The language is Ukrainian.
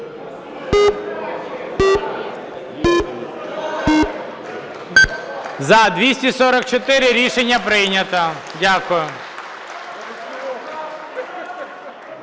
За-244 Рішення прийнято. Дякую.